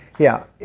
yeah.